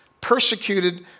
Persecuted